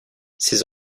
ces